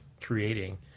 creating